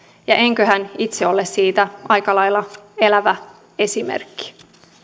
ja enköhän itse ole siitä aika lailla elävä esimerkki